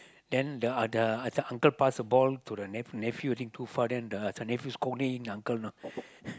then the uh the uh the uncle pass the ball to the ne~ nephew I think too far then the the nephew scolding the uncle know